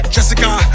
Jessica